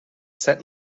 set